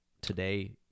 today